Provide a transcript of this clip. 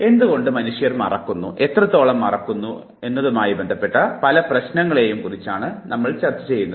എന്തുകൊണ്ട് മനുഷ്യർ മറക്കുന്നു എത്രത്തോളം മറക്കുന്നു എന്നതുമായി ബന്ധപ്പെട്ട പല പ്രശ്നങ്ങളെയും കുറിച്ചായിരിക്കും നാം മനസിലാക്കുക